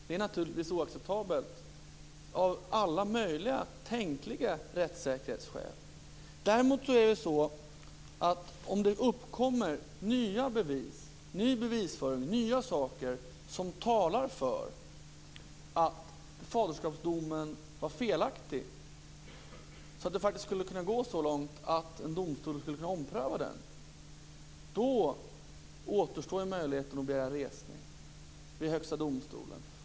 Det är naturligtvis oacceptabelt av alla möjliga och upptänkliga rättssäkerhetsskäl. Om det däremot tillkommer ny bevisföring, nya saker, som talar för att faderskapsdomen var felaktig - så att det faktiskt skulle kunna gå så långt att en domstol skulle kunna ompröva den - då återstår möjligheten att begära resning via Högsta domstolen.